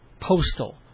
postal